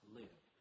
live